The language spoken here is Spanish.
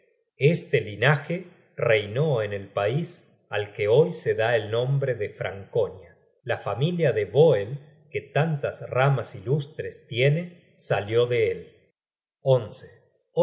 este linaje reinó en el pais al que hoy se da el nombre de franconia la familia de voel que tantas ramas ilustres tiene salió de él